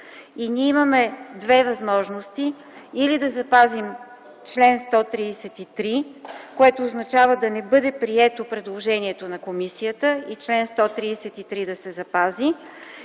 Ние имаме две възможности – или да запазим чл. 133, което означава да не бъде прието предложението на комисията и чл. 133 да се запази,